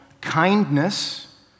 kindness